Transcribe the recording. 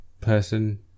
person